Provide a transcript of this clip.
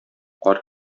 кар